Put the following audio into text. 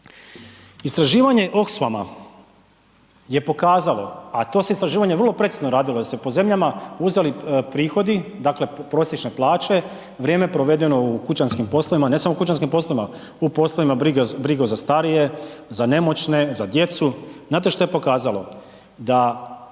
ne razumije./... je pokazalo, a to se istraživanje vrlo precizno radilo jer se po zemljama uzeli prihodi dakle prosječne plaće, vrijeme provedeno u kućanskim poslovima, ne samo u kućanskim poslovima, u poslovima brige za starije, za nemoćne, za djecu, znate što je pokazalo?, da